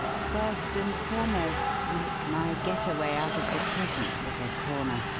first and foremost, make my getaway out of the present little corner,